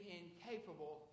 incapable